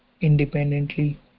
independently